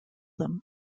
them